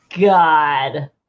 god